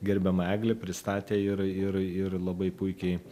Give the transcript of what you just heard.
gerbiama egle pristatė ir ir ir labai puikiai